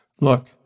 Look